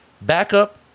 backup